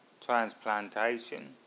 transplantation